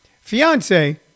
fiance